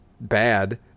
bad